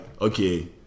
okay